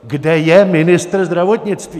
Kde je ministr zdravotnictví?